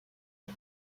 ans